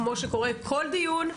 כמו שקורה בכל דיון,